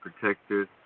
protected